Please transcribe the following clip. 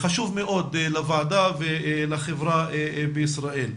הוא חשוב מאוד לוועדה ולחברה בישראל.